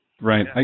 Right